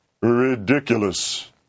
Ridiculous